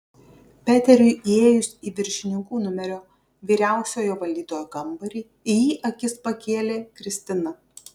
peteriui įėjus į viršininkų numerio vyriausiojo valdytojo kambarį į jį akis pakėlė kristina